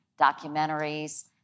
documentaries